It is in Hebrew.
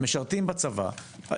משרתים בצבא,